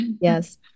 Yes